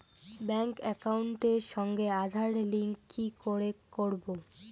Bank একাউন্টের সঙ্গে Aadhaar link কি করে করবো?